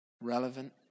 relevant